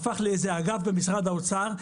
הפך לאיזה אגף במשרד האוצר,